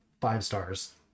five-stars